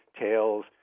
tails